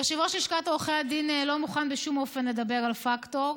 יושב-ראש לשכת עורכי הדין לא מוכן בשום אופן לדבר על פקטור.